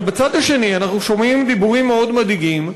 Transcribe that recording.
אבל בצד השני אנחנו שומעים דיבורים מאוד מדאיגים,